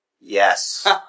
Yes